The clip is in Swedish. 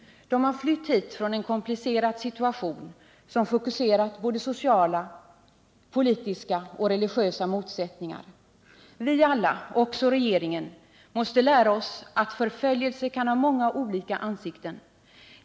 De har flytt hit från en komplicerad situation som fokuserat sociala, politiska och religiösa motsättningar. Vi måste alla — också regeringen — lära oss att förföljelse kan ha många olika ansikten.